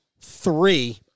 three